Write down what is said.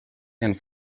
and